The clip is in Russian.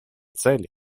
цели